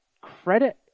credit